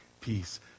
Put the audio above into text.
peace